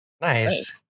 Nice